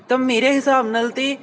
ਤਾਂ ਮੇਰੇ ਹਿਸਾਬ ਨਾਲ ਤਾਂ